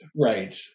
right